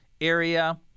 area